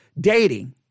dating